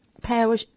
power